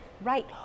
Right